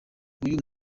uyu